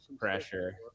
pressure